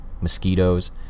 mosquitoes